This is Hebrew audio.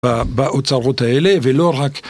ב... באוצרות האלה ולא רק